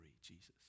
Jesus